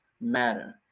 matter